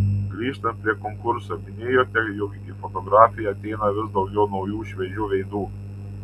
grįžtant prie konkurso minėjote jog į fotografiją ateina vis daugiau naujų šviežių veidų